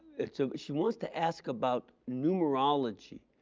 so she wants to ask about numerology.